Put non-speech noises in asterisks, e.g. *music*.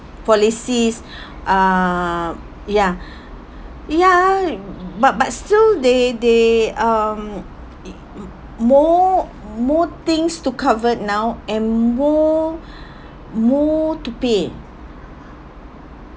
policies *breath* uh ya ya but but still they they um it mm more more things to cover now and more more to pay